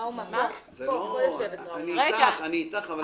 אני איתך,